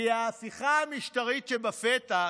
כי ההפיכה המשטרית שבפתח,